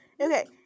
Okay